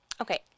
Okay